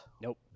Nope